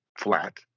flat